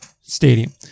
stadium